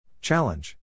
Challenge